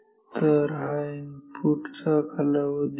तर हा इनपुट चा कालावधी आहे